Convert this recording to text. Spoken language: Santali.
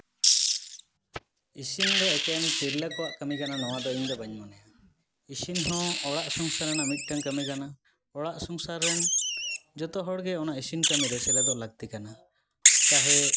ᱤᱥᱤᱱ ᱫᱚ ᱮᱠᱮᱱ ᱛᱤᱨᱞᱟᱹ ᱠᱚᱣᱟᱜ ᱠᱟᱹᱢᱤ ᱠᱟᱱᱟ ᱱᱚᱣᱟ ᱫᱚ ᱤᱧ ᱫᱚ ᱵᱟᱹᱧ ᱢᱚᱱᱮᱭᱟ ᱤᱥᱤᱱ ᱦᱚᱸ ᱚᱲᱟᱜ ᱥᱚᱝᱥᱟᱨ ᱨᱮᱱᱟᱜ ᱢᱤᱫᱴᱟᱝ ᱠᱟᱹᱢᱤ ᱠᱟᱱᱟ ᱚᱲᱟᱜ ᱥᱚᱝᱥᱟᱨ ᱨᱮᱱ ᱡᱚᱛᱚ ᱦᱚᱲ ᱜᱮ ᱚᱱᱟ ᱤᱥᱤᱱ ᱠᱟᱹᱢᱤ ᱨᱮ ᱥᱮᱞᱮᱫᱚᱜ ᱞᱟᱹᱠᱛᱤ ᱠᱟᱱᱟ ᱪᱟᱦᱮ